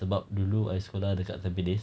sebab dulu I sekolah dekat tampines